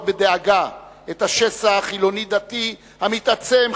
בדאגה את השסע החילוני הדתי המתעצם,